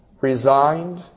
resigned